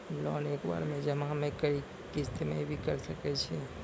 Loan एक बार जमा म करि कि किस्त मे भी करऽ सके छि?